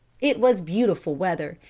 it was beautiful weather,